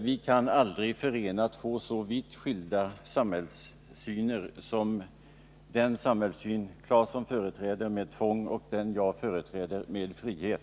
Vi kan aldrig förena två så vitt skilda samhällssyner som den Tore Claeson företräder och i vilken ingår tvång och den jag företräder, i vilken ingår frihet.